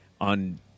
on